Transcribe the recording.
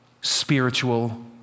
spiritual